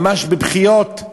ממש בבכיות: